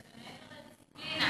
מעבר לדיסציפלינה.